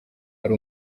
ari